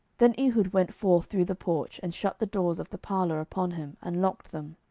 then ehud went forth through the porch, and shut the doors of the parlour upon him, and locked them.